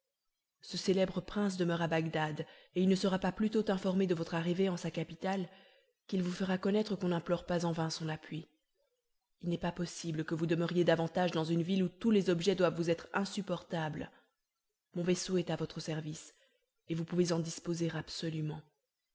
ce célèbre prince demeure à bagdad et il ne sera pas plus tôt informé de votre arrivée en sa capitale qu'il vous fera connaître qu'on n'implore pas en vain son appui il n'est pas possible que vous demeuriez davantage dans une ville où tous les objets doivent vous être insupportables mon vaisseau est à votre service et vous en pouvez disposer absolument